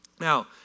Now